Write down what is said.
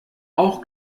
auch